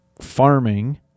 farming